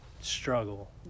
struggle